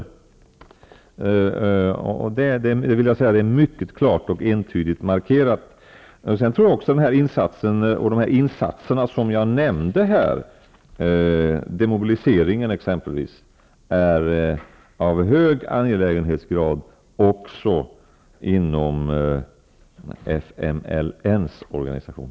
Detta är mycket klart och entydigt markerat. Jag tror även att de insatser som jag nämnde, t.ex. demobiliseringen, är av hög angelägenhetsgrad också inom FMLN:s organisation.